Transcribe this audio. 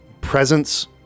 presence